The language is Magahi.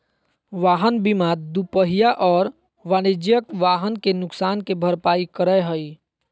वाहन बीमा दूपहिया और वाणिज्यिक वाहन के नुकसान के भरपाई करै हइ